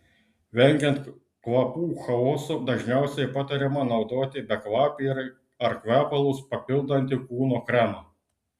vengiant kvapų chaoso dažniausiai patariama naudoti bekvapį ar kvepalus papildantį kūno kremą